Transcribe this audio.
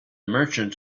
merchant